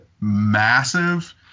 massive